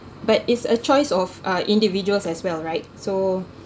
but it's a choice of uh individuals as well right so